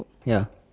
ya